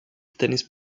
tennis